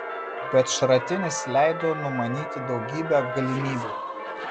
bet šratinis leido numanyti daugybę galimybių